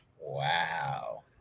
Wow